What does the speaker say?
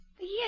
Yes